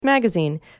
Magazine